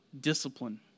discipline